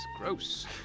gross